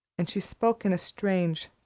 and she spoke in a strange,